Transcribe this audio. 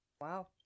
Wow